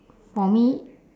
for me